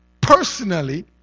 personally